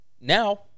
now